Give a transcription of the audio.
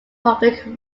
public